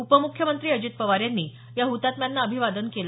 उपम्ख्यमंत्री अजित पवार यांनी या हुतात्म्यांना अभिवादन केलं